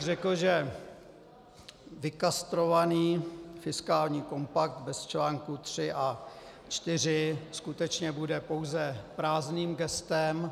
Řekl bych, že vykastrovaný fiskální kompakt bez článku 3 a 4 skutečně bude pouze prázdným gestem.